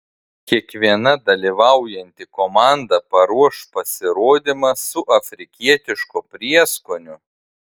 kiekviena dalyvaujanti komanda paruoš pasirodymą su afrikietišku prieskoniu